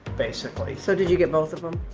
basically. so did you get both of em?